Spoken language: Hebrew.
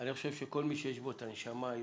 חושב שכל מי שיש בו את הנשמה היוצרת,